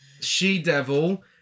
She-Devil